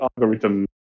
algorithm